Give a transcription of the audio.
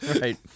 Right